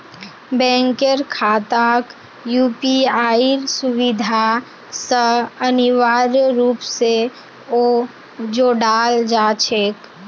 बैंकेर खाताक यूपीआईर सुविधा स अनिवार्य रूप स जोडाल जा छेक